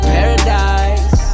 Paradise